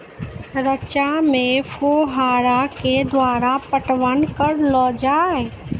रचा मे फोहारा के द्वारा पटवन करऽ लो जाय?